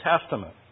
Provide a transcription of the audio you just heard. Testament